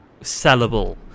sellable